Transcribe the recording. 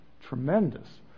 tremendous